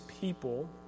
people